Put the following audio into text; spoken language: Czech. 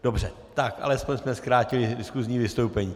Dobře, alespoň jsme zkrátili diskusní vystoupení.